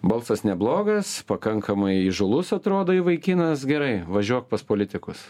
balsas neblogas pakankamai įžūlus atrodai vaikinas gerai važiuok pas politikus